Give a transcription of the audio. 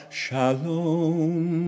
shalom